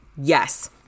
Yes